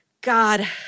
God